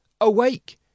Awake